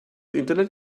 internet